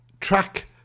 track